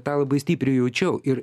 tą labai stipriai jaučiau ir